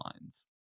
lines